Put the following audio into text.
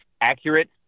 accurate